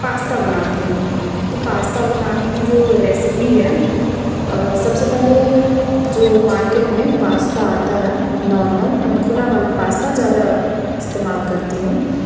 pasta बनती हूँ तो पास्ता बनाने की जो रेसिपी है सबसे पहले जो मार्केट में पास्ता आता है नॉर्मल मैं खुला वाला पास्ता ज़्यादा इस्तेमाल करती हूँ